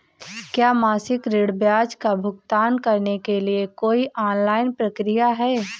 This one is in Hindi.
क्या मासिक ऋण ब्याज का भुगतान करने के लिए कोई ऑनलाइन प्रक्रिया है?